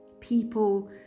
people